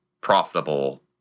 profitable